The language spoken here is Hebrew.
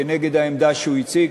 נגד העמדה שהוא הציג,